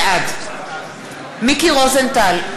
בעד מיקי רוזנטל,